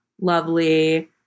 lovely